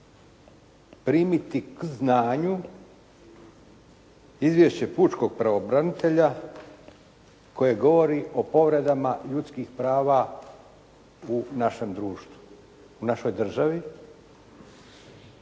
primiti k znanju izvješće pučkog pravobranitelja koje govori o povredama ljudskih prava u našem društvu,